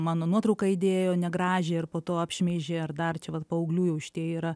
mano nuotrauką įdėjo negražią ir po to apšmeižė ar dar čia vat paauglių jau šitie yra